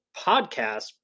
podcast